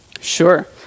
Sure